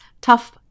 tough